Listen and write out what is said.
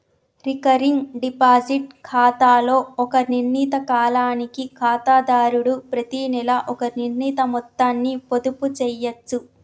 recurring deposit ఖాతాలో ఒక నిర్ణీత కాలానికి ఖాతాదారుడు ప్రతినెలా ఒక నిర్ణీత మొత్తాన్ని పొదుపు చేయచ్చు